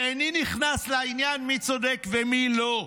ואיני נכנס לעניין מי צודק ומי לא.